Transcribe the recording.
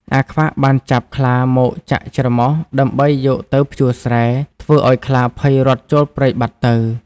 អាខ្វាក់ បានចាប់ខ្លាមកចាក់ច្រមុះដើម្បីយកទៅភ្ជួរស្រែ ធ្វើឱ្យខ្លាភ័យរត់ចូលព្រៃបាត់ទៅ ។